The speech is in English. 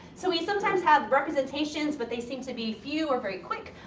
so, we sometimes have representations but they seem to be few or very quick.